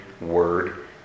word